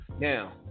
Now